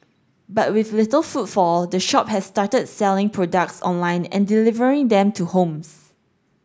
but with little footfall the shop has started selling products online and delivering them to homes